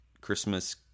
Christmas